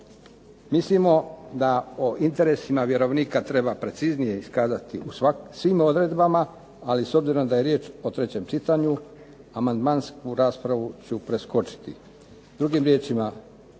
Mislimo da o interesima vjerovnika treba preciznije iskazati u svim odredbama, ali s obzirom da je riječ o trećem čitanju amandmansku raspravu ću preskočiti.